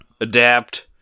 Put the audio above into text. adapt